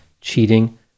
cheating